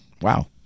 wow